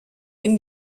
den